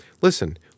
listen